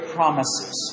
Promises